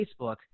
Facebook